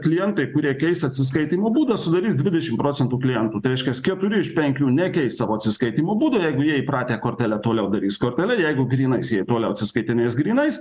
klientai kurie keis atsiskaitymo būdą sudarys dvidešim procentų klientų tai reiškias keturi iš penkių nekeis savo atsiskaitymo būdo jeigu jie įpratę kortele toliau darys kortele jeigu grynais jie toliau atsiskaitinės grynais